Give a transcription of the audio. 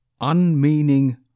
Unmeaning